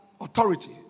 authority